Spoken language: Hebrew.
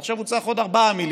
עכשיו הוא צריך עוד 4 מיליארד.